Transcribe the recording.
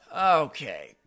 Okay